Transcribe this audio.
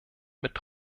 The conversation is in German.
mit